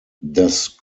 das